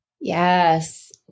Yes